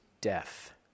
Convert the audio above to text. death